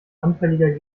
anfälliger